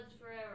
forever